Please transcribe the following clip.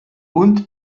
und